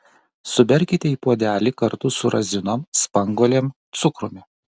suberkite į puodelį kartu su razinom spanguolėm cukrumi